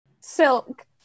Silk